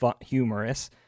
humorous